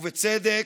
ובצדק.